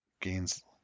Gains